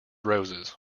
roses